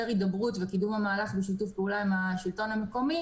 הידברות וקידום המהלך בשיתוף פעולה עם השלטון המקומי